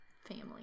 family